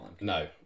No